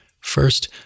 first